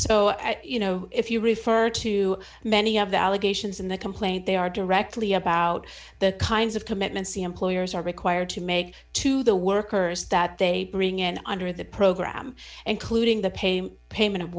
so you know if you refer to many of the allegations in the complaint they are directly about the kinds of commitments the employers are required to make to the workers that they bring in under the program including the pay a pay